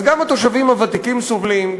אז גם התושבים הוותיקים סובלים,